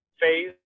phase